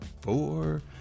four